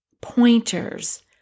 pointers